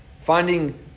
Finding